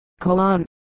colon